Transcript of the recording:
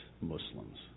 Muslims